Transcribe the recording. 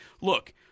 look